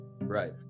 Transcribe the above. Right